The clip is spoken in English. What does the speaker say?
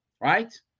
right